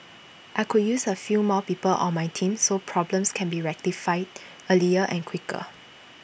I could use A few more people on my team so problems can be rectified earlier and quicker